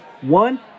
One